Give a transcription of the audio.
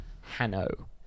Hanno